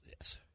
yes